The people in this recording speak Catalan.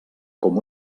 com